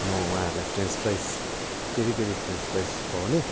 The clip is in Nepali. म उहाँहरूलाई french fries peri peri french fries खुवाउने